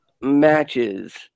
matches